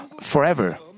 forever